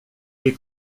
est